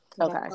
okay